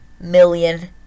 million